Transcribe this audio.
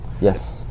Yes